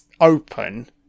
open